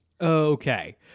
okay